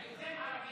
ההבדל, ערבים.